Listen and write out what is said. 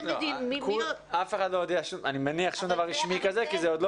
אני מניח שזה לא